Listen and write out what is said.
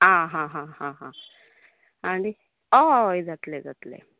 आ हा हा आ आ आनी हय जातलें जातलें